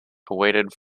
awaited